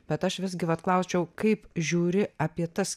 bet aš visgi vat klausčiau kaip žiūri apie tas